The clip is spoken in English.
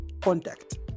contact